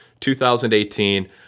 2018